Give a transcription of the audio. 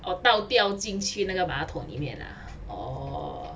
我倒掉进去那个马桶里面 ah orh